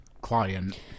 client